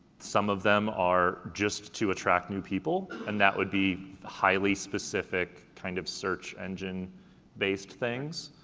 some of them are just to attract new people, and that would be highly specific, kind of search engine based things,